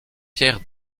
pierre